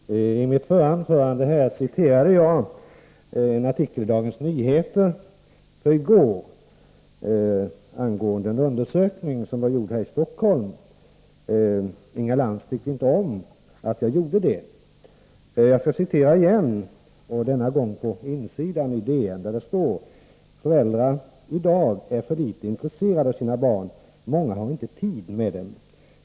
Fru talman! I mitt förra anförande här citerade jag ur en artikel i DN i går angående en undersökning som gjorts i Stockholm. Inga Lantz tyckte inte om att jag gjorde det. Jag skall citera igen, denna gång från Insidan, där det står: ”Föräldrar i dag är för lite intresserade av sina barn. Många har inte tid med dem.